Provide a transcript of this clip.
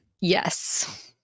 Yes